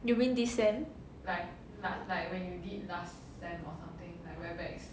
you mean this sem